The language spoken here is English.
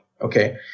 Okay